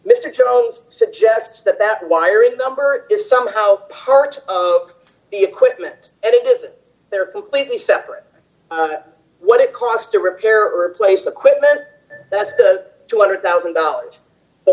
mr jones suggests that that wiring number is somehow part of the equipment and it isn't there completely separate what it cost to repair or replace the quitman that's the two hundred thousand dollars